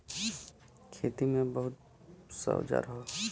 खेती में अब बहुत सा औजार हौ